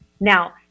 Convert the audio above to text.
Now